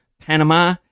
Panama